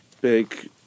big